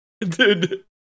Dude